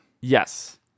Yes